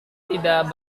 tidak